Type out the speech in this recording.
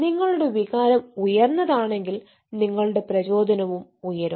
നിങ്ങളുടെ വികാരം ഉയർന്നതാണെങ്കിൽ നിങ്ങളുടെ പ്രചോദനവും ഉയരും